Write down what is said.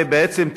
בעצם,